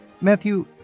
Matthew